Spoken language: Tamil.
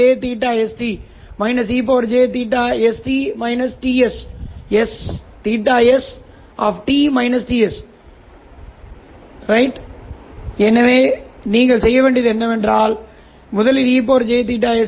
சரி பின்னர் நாம் நிச்சயமாகப் பேசுவோம் சரி ஒத்திசைவான ரிசீவர் ஹோமோடைனைப் பற்றி நாங்கள் பேசியுள்ளோம் நீங்கள் கவனித்திருக்கக்கூடிய ஒரு விஷயம் என்னவென்றால் இந்த புகைப்படம் நாம் பெற்ற தற்போதையது